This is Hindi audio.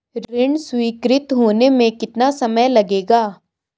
ऋण स्वीकृति होने में कितना समय लगेगा?